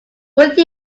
will